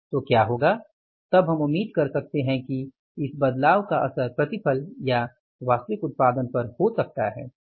तो क्या होगा तब हम उम्मीद कर सकते हैं कि इस बदलाव का असर प्रतिफल या वास्तविक उत्पादन पर हो सकता है